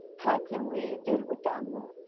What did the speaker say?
how can we deal with them?